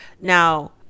Now